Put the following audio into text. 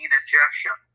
injection